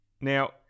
Now